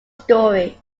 stories